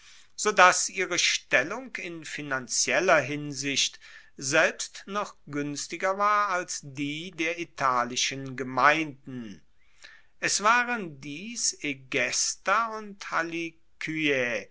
dass ihre stellung in finanzieller hinsicht selbst noch guenstiger war als die der italischen gemeinden es waren dies egesta und